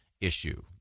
issue